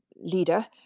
leader